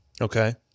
Okay